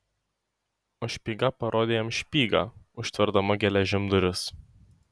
o špyga parodė jam špygą užtverdama geležim duris